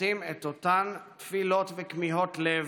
הפורטים את אותן תפילות וכמיהות לב,